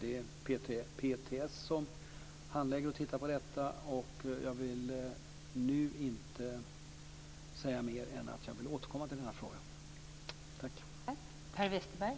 Det är PTS som handlägger detta. Jag vill nu inte säga mer än att jag vill återkomma till den frågan.